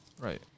right